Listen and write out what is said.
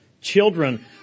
Children